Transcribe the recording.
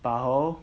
but hor